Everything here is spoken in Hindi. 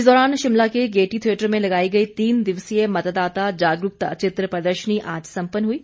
इस दौरान शिमला के गेयटी थियेटर में लगाई गई तीन दिवसीय मतदाता जागरूकता चित्र प्रदर्शनी आज सम्पन्न हुई